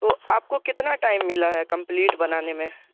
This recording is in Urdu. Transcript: تو آپ کو کتنا ٹائم ملا ہے کمپلیٹ بنانے میں